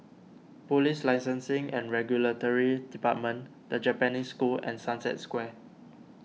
Police Licensing and Regulatory Department the Japanese School and Sunset Square